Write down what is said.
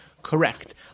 Correct